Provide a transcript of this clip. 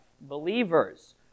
Believers